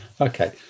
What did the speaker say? Okay